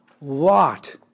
Lot